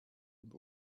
und